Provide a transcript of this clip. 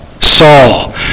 Saul